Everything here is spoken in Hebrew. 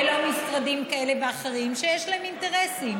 ולא משרדים כאלה ואחרים שיש להם אינטרסים